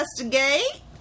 investigate